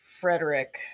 frederick